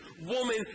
woman